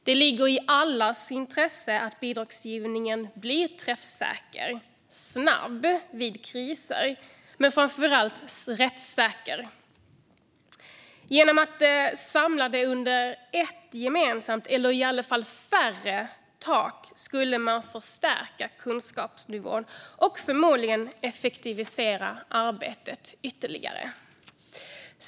Det ligger i allas intresse att bidragsgivningen blir träffsäker, snabb vid kriser och framför allt rättssäker. Genom att samla den under ett gemensamt tak, eller åtminstone färre tak, skulle man förstärka kunskapsnivån och förmodligen effektivisera arbetet ytterligare.